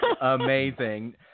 amazing